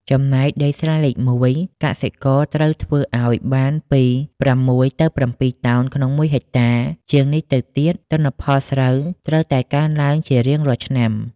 ចំណែកដីស្រែលេខមួយ កសិករត្រូវធ្វើឱ្យ បានពី៦ទៅ៧តោនក្នុងមួយហិកតា ជាងនេះទៅទៀត ទិន្នផលស្រូវត្រូវតែកើនឡើងជារៀងរាល់ឆ្នាំ ។